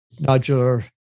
nodular